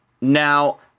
Now